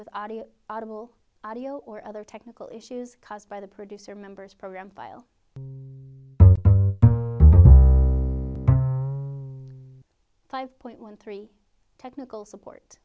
with audio audible audio or other technical issues caused by the producer members program file five point one three technical support